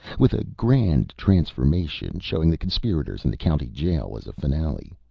with a grand transformation showing the conspirators in the county jail as a finale.